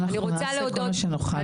אנחנו נעשה את כל מה שנוכל, בהחלט.